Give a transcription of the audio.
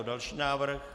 Další návrh.